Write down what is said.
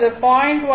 அது 0